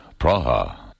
Praha